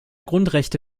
grundrechte